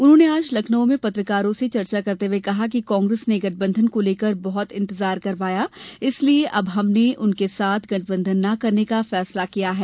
उन्होंने आज लखनऊ में पत्रकारों से चर्चा करते हुए कहा कि कांग्रेस ने गठबंधन को लेकर बहत इंतजार करवाया इसलिए अब हमने उसके साथ गठबंधन न करने का फैसला किया है